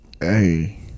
hey